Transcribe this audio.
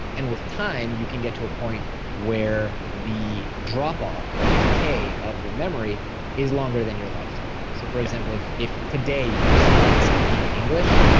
and with time, you can get to a point where the drop-off or decay of the memory is longer than your lifetime so for example, if if today you stopped speaking english,